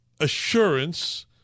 assurance